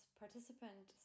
participant